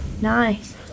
Nice